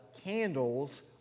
candles